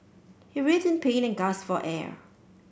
he writhed in pain and gasped for air